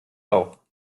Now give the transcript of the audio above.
auch